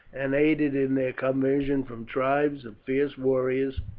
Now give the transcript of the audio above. and aided in their conversion from tribes of fierce warriors